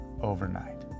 overnight